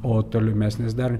o tolimesnis dar